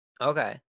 Okay